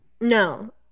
No